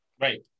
Right